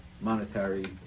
monetary